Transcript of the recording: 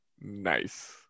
nice